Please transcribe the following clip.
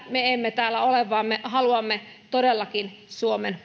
me emme täällä ole vaan me haluamme todellakin suomen